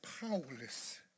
powerless